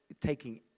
taking